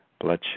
bloodshed